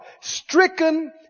stricken